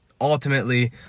ultimately